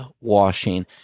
washing